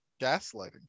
gaslighting